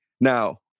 Now